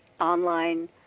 online